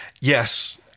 Yes